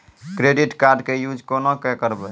Credit card के use कोना के करबऽ?